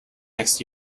next